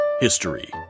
History